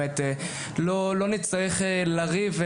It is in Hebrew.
לא נצטרך לריב,